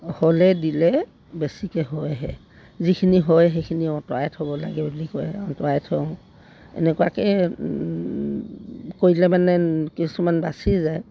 হ'লে দিলে বেছিকৈ হয়হে যিখিনি হয় সেইখিনি আঁতৰাই থ'ব লাগে বুলি কয় আৰু আমি আঁতৰাই থওঁ এনেকুৱাকৈ কৰিলে মানে কিছুমান বাচি যায়